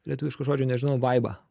lietuviško žodžio nežinau vaibą